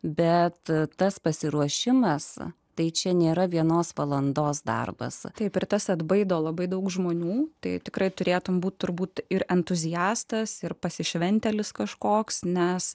bet tas pasiruošimas tai čia nėra vienos valandos darbas taip ir tas atbaido labai daug žmonių tai tikrai turėtumei būti turbūt ir entuziastas ir pasišventėlis kažkoks nes